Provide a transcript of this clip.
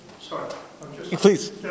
please